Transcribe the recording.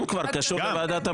גם.